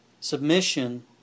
Submission